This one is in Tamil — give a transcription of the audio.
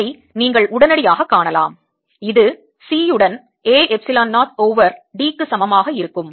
இதை நீங்கள் உடனடியாகக் காணலாம் இது C உடன் A எப்சிலன் 0 ஓவர் d க்கு சமமாக இருக்கும்